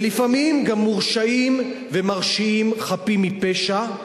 ולפעמים גם מורשעים ומרשיעים חפים מפשע,